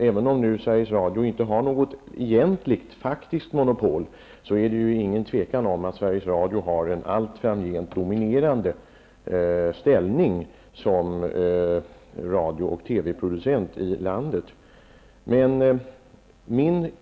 Även om Sveriges Radio egentligen inte faktiskt har ett monopol, är det inget tvivel om att Sveriges Radio har en allt framgent dominerande ställning som radio och TV-producent i landet.